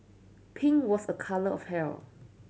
pink was a colour of health